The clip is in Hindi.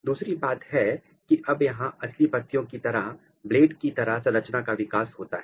और दूसरी बात कि अब यहां असली पत्तियों की तरह ब्लेड की तरह संरचना का विकास होता है